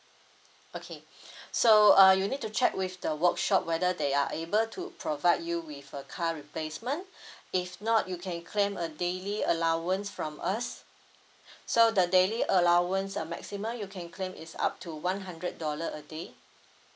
okay so uh you need to check with the workshop whether they are able to provide you with a car replacement if not you can claim a daily allowance from us so the daily allowance a maximum you can claim is up to one hundred dollar a day